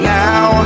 now